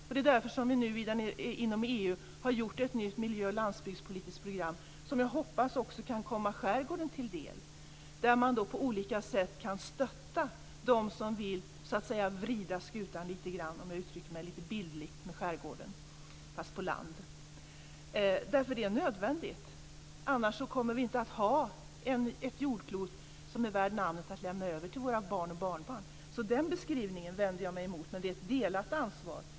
Och det är därför som vi inom EU har upprättat ett nytt miljö och landsbygdspolitiskt program, som jag hoppas kan komma också skärgården till del, där man kan stötta dem som vill vrida skutan lite grann - om jag utrycker mig bildligt. Det är nödvändigt. Annars kommer vi inte att ha ett jordklot som är värt namnet att lämna över till våra barn och barnbarn. Jag vänder mig mot Rigmor Stenmarks beskrivning, men det är ett delat ansvar.